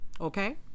Okay